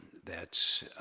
that's